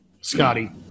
Scotty